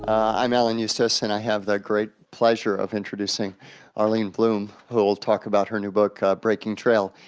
i'm alan eustace, and i have the great pleasure of introducing arlene blum, who will talk about her new book breaking trail.